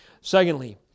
Secondly